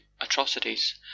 atrocities